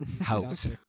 House